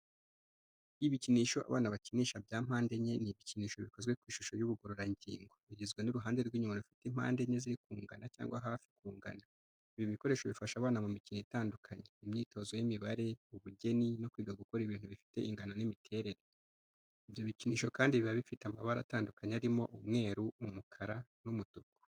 Ibikinisho abana bakinikisha bya mpande enye ni ibikinisho bikozwe kw'ishusho y’ubugororangingo, bigizwe n’uruhande rw’inyuma rufite impande enye ziri kungana cyangwa hafi kungana. Ibi bikoresho bifasha abana mu mikino itandukanye, imyitozo y’imibare, ubugeni, no kwiga gukora ibintu bifite ingano n’imiterere. Ibyo bikinisho kandi biba bifite amabara atandukanye arimo: umweru, umukara n'umutuku.